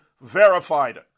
verified